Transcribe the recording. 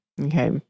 Okay